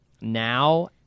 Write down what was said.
now